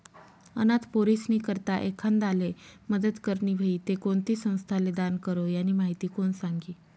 अनाथ पोरीस्नी करता एखांदाले मदत करनी व्हयी ते कोणती संस्थाले दान करो, यानी माहिती कोण सांगी